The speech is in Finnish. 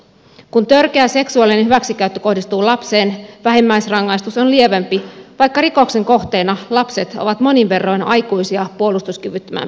kun törkeä seksuaalinen hyväksikäyttö kohdistuu lapseen vähimmäisrangaistus on lievempi vaikka rikoksen kohteena lapset ovat monin verroin aikuisia puolustuskyvyttömämpiä